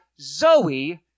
Zoe